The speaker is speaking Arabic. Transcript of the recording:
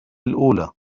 الأولى